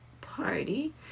party